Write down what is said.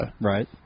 Right